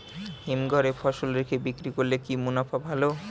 হিমঘরে ফসল রেখে বিক্রি করলে কি মুনাফা ভালো?